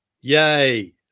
yay